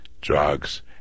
drugs